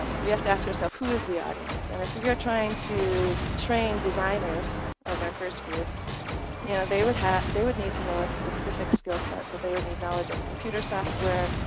um we have to ask ourselves who is the audience. and if we are trying to train designers as first group yeah they would have they would need to know a specific skill set so they would need knowledge of computer software,